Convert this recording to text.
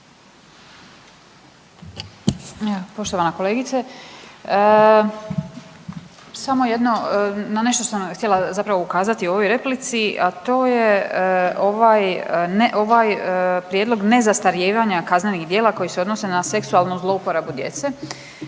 poštovana kolegice, samo jedno na nešto što nam je htjela zapravo ukazati u ovoj replici, a to je ovaj prijedlog nezastarijevanja kaznenih djela koji se odnose na seksualnu zlouporabu djece